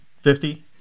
Fifty